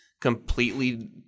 completely